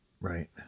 Right